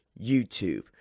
YouTube